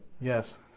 Yes